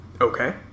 Okay